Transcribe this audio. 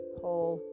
whole